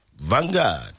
Vanguard